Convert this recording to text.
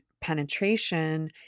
penetration